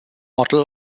model